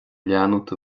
leanúint